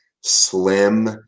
slim